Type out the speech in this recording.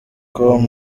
com